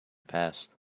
past